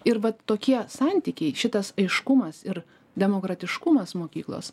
ir va tokie santykiai šitas aiškumas ir demokratiškumas mokyklos